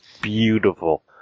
Beautiful